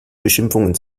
beschimpfungen